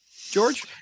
George